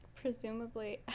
Presumably